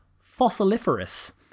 fossiliferous